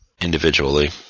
individually